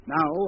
Now